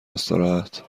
استراحت